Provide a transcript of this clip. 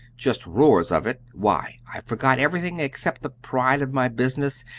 just roars of it, why, i forgot everything except the pride of my business,